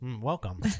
Welcome